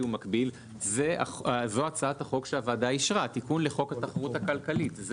ומקביל זו הצעת החוק שהוועדה אישרה תיקון לחוק התחרות הכלכלית.